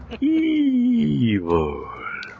Evil